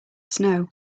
snow